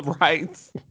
rights